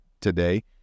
today